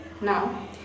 Now